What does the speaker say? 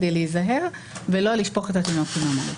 כדי להיזהר ולא לשפוך את התינוק עם המים.